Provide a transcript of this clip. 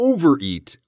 Overeat